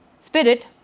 spirit